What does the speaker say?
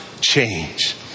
change